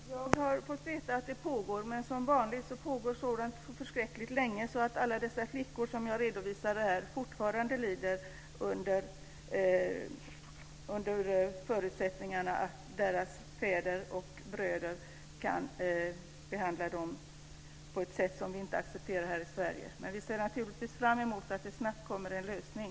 Fru talman! Jag har fått veta att det pågår. Men som vanligt pågår sådant så förskräckligt länge att alla dessa flickor som jag redovisade fortfarande lider under förutsättningarna att deras fäder och bröder kan behandla dem på ett sätt som vi inte accepterar här i Sverige. Men vi ser naturligtvis fram emot att det snabbt kommer en lösning.